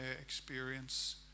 experience